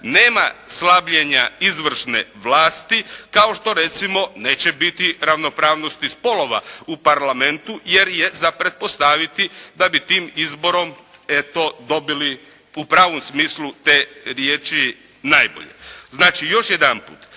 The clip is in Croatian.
nema slabljenja izvršne vlasti kao što recimo neće biti ravnopravnosti spolova u Parlamentu jer je za pretpostaviti da bi tim izborom eto dobili u pravom smislu te riječi najbolje. Znači, još jedanput